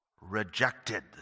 rejected